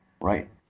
right